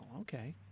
Okay